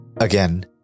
Again